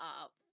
up